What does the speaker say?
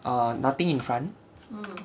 err nothing in front